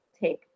take